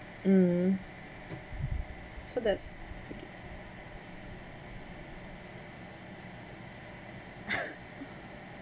mm so that's